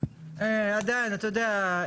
אתה יודע,